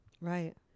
Right